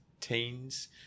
teens